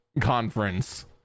conference